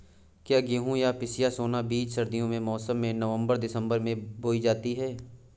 क्या गेहूँ या पिसिया सोना बीज सर्दियों के मौसम में नवम्बर दिसम्बर में बोई जाती है?